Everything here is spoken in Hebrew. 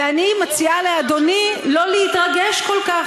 ואני מציעה לאדוני שלא להתרגש כל כך